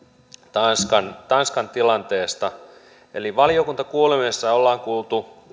tanskan tanskan tilanteesta valiokuntakuulemisessa ollaan kuultu